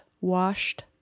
washed